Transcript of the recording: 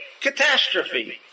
catastrophe